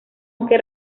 aunque